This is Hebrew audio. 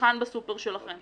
לצרכן בסופר שלכם?